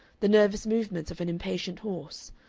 the nervous movements of an impatient horse,